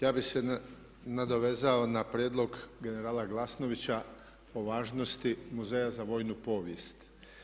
Ja bih se nadovezao na prijedlog generala Glasnovića o važnosti muzeja za vojnu povijest.